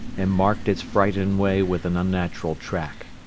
and marked its frightened way with an unnatural track.